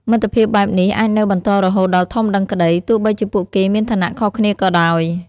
មិត្តភាពបែបនេះអាចនៅបន្តរហូតដល់ធំដឹងក្តី ទោះបីជាពួកគេមានឋានៈខុសគ្នាក៏ដោយ។